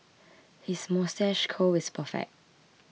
his moustache curl is perfect